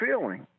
feeling